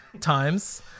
times